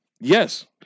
Yes